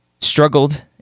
struggled